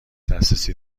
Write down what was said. دسترسی